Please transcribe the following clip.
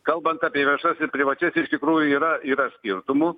kalbant apie viešas privačias iš tikrųjų yra yra skirtumų